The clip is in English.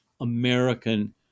American